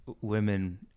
women